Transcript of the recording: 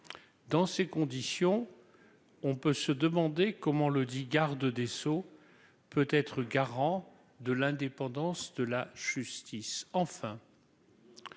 dans ces conditions, on peut se demander comment le garde des Sceaux peut être garant de l'indépendance de la justice, enfin,